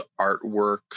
artwork